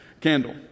candle